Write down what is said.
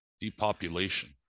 Depopulation